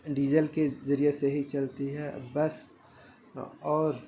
diesel کے ذریعے سے ہی چلتی ہے بس اور